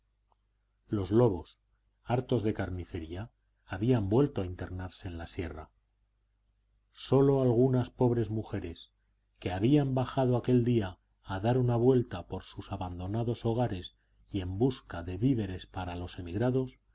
los lobos hartos de carnicería habían vuelto a internarse en la sierra sólo algunas pobres mujeres que habían bajado aquel día a dar una vuelta por sus abandonados hogares y en busca de víveres para los emigrados